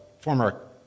former